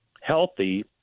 healthy